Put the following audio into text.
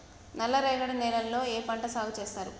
నల్లరేగడి నేలల్లో ఏ పంట సాగు చేస్తారు?